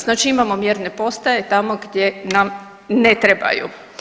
Znači imamo mjerne postaje tamo gdje nam ne trebaju.